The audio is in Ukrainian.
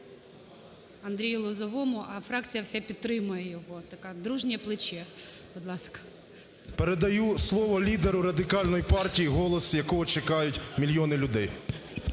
Андрію Лозовому, а фракція вся підтримує його, таке дружнє плече. Будь ласка. 13:13:15 ЛОЗОВОЙ А.С. Передаю слово лідеру Радикальної партії, голос якого чекають мільйони людей.